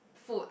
food